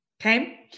Okay